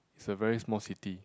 is a very small city